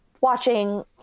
watching